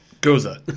Goza